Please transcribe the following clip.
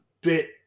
bit